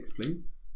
please